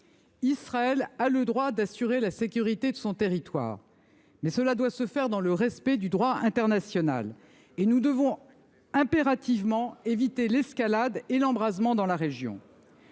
Israël a le droit d’assurer la sécurité de son territoire, mais cela doit se faire dans le respect du droit international, et nous devons impérativement éviter l’escalade et l’embrasement dans la région.